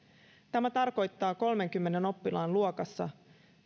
tämä tarkoittaa kolmeenkymmeneen oppilaan luokassa